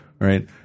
Right